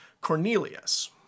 Cornelius